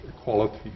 equality